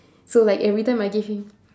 so like every time I gave him